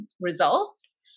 results